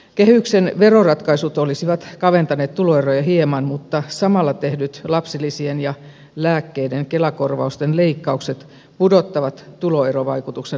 kehyksen veroratkaisut olisivat kaventaneet tuloeroja hieman mutta samalla tehdyt lapsilisien ja lääkkeiden kela korvausten leikkaukset pudottavat tuloerovaikutuksen lähelle nollaa